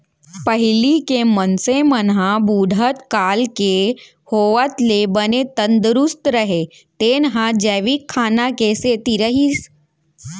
पहिली के मनसे मन ह बुढ़त काल के होवत ले बने तंदरूस्त रहें तेन ह जैविक खाना के सेती रहिस